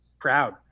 proud